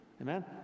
Amen